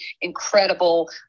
incredible